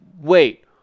wait